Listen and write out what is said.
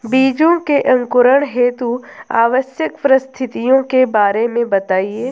बीजों के अंकुरण हेतु आवश्यक परिस्थितियों के बारे में बताइए